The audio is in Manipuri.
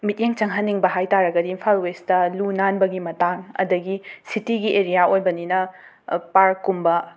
ꯃꯤꯠꯌꯦꯡ ꯆꯪꯍꯟꯅꯤꯡꯕ ꯍꯥꯏ ꯇꯥꯔꯒꯗꯤ ꯏꯝꯐꯥꯜ ꯋꯦꯁꯇ ꯂꯨ ꯅꯥꯟꯕꯒꯤ ꯃꯇꯥꯡ ꯑꯗꯒꯤ ꯁꯤꯇꯤꯒꯤ ꯑꯦꯔꯤꯌꯥ ꯑꯣꯏꯕꯅꯤꯅ ꯄꯥꯔꯛꯀꯨꯝꯕ